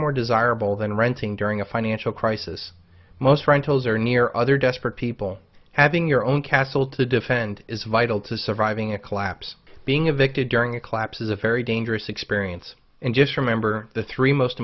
more desirable than renting during a financial crisis most rentals are near other desperate people having your own castle to defend is vital to surviving a collapse being evicted during a collapse is a very dangerous experience and just remember the three most